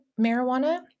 marijuana